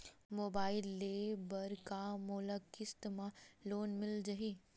Mobile ले बर का मोला किस्त मा लोन मिल जाही?